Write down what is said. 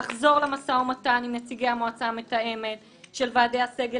לחזור למשא ומתן עם נציגי המועצה המתאמת של ועדי הסגל